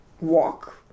walk